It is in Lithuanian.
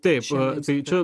taip a tai čia